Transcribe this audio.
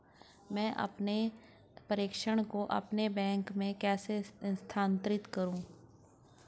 मैं अपने प्रेषण को अपने बैंक में कैसे स्थानांतरित करूँ?